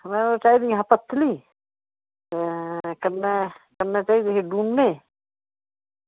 में चाही दियां हियां पत्तलीं कन्नै केह् डूनै